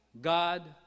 God